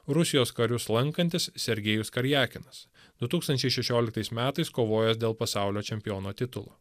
rusijos karius lankantis sergejus karjakinas du tūkstančiai šešioliktais metais kovojęs dėl pasaulio čempiono titulo